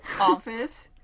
office